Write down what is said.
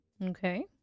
Okay